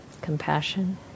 compassion